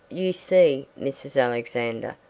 you see, mrs. alexander,